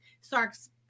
Sark's